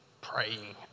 praying